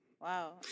Wow